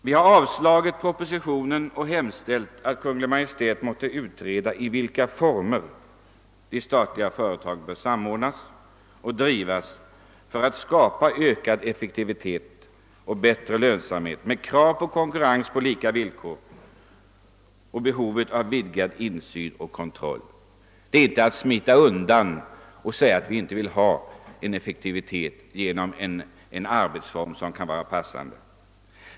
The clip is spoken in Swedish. Vi har avstyrkt propositionen och yrkat att riksdagen hos Kungl. Maj:t måtte hemställa om en utredning om i vilka former de statliga företagen bör samordnas och drivas för att skapa ökad effektivitet och bättre lönsamhet med tillgodoseende av kravet på konkurrens på lika villkor och behovet av vidgad insyn och kontroll. Detta innebär inte att vi vill smita undan eller att vi inte vill ha en bättre effektivitet genom en arbetsform som kan vara passande.